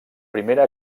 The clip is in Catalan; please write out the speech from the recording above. primera